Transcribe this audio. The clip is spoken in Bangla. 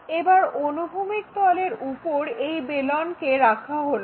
এবার অনুভূমিক তলের উপর এই বেলনকে রাখা হলো